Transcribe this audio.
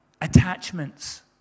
Attachments